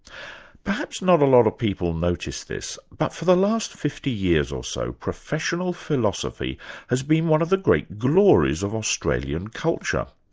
perhaps not a lot of people notice this, but for the last fifty years or so, professional philosophy has been one of the great glories of australian culture.